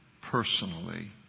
personally